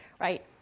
right